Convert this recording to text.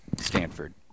Stanford